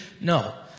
No